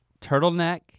turtleneck